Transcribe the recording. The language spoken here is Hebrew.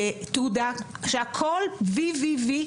תעודה שהכול וי וי וי,